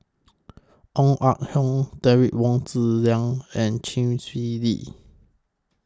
Ong Ah Hoi Derek Wong Zi Liang and Chee Swee Lee